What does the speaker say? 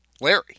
Larry